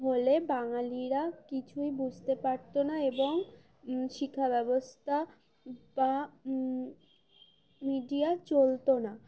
হলে বাঙালিরা কিছুই বুঝতে পারতো না এবং শিক্ষা্যবস্থা বা মিডিয়া চলতো না